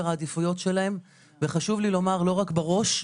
העדיפויות שלהם וחשוב לי לומר לא רק בראש,